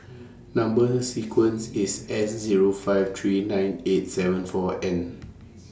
Number sequence IS S Zero five three nine eight seven four N